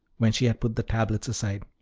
when she had put the tablets aside.